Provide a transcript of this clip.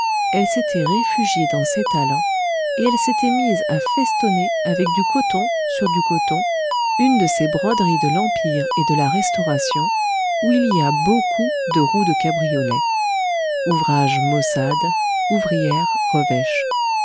elle s'était réfugiée dans ses talents et elle s'était mise à festonner avec du coton sur du coton une de ces broderies de l'empire et de la restauration où il y a beaucoup de roues de cabriolet ouvrage maussade ouvrière